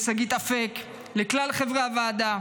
לשגית אפיק ולכלל חברי הוועדה.